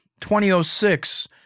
2006